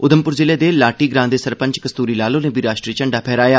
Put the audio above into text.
उधमपुर जिले दे लाद्टी ग्रां दे सरपंच कस्तूरी लाल होरें बी राष्ट्री झंडा फैह्राया